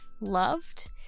loved